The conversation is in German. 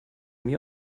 mir